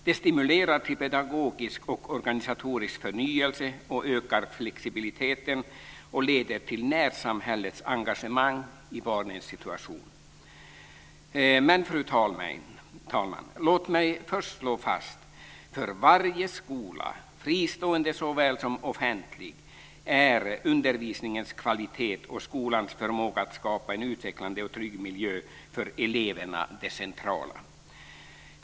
Det stimulerar till pedagogisk och organisatorisk förnyelse, ökar flexibiliteten och leder till närsamhällets engagemang i barnens situation. Men, fru talman, låt mig först slå fast att det centrala för varje skola, fristående såväl som offentlig, är undervisningens kvalitet och skolans förmåga att skapa en utvecklande och trygg miljö för eleverna.